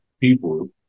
people